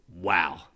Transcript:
Wow